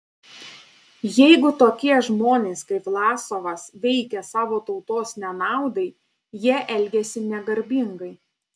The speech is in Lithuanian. jeigu tokie žmonės kaip vlasovas veikia savo tautos nenaudai jie elgiasi negarbingai